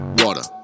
water